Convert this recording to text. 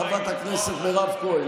חברת הכנסת מירב כהן,